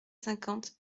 cinquante